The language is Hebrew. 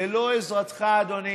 ללא עזרתך, אדוני